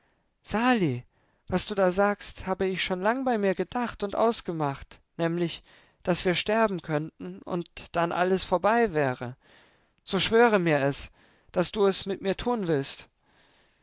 sogleich sali was du da sagst habe ich schon lang bei mir gedacht und ausgemacht nämlich daß wir sterben könnten und dann alles vorbei wäre so schwöre mir es daß du es mit mir tun willst